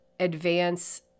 advance